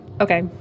okay